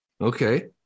Okay